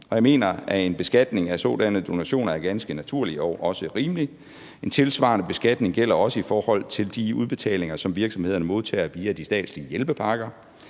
jeg mener, at en beskatning af sådanne donationer er ganske naturlig og også rimelig. En tilsvarende beskatning gælder også i forhold til de udbetalinger, som virksomhederne modtager via de statslige hjælpepakker,